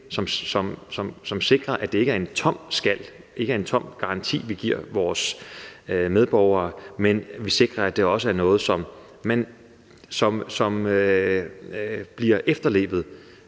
som sikrer, at det ikke er en tom skal, en tom garanti, vi giver vores medborgere, men at vi sikrer, at det også er noget, som bliver efterlevet